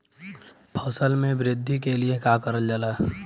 फसल मे वृद्धि के लिए का करल जाला?